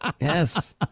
Yes